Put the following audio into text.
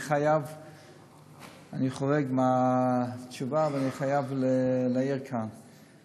אני חורג מהתשובה, ואני חייב להעיר כאן: